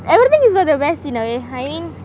every thing is a